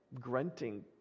grunting